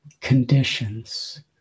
conditions